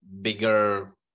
bigger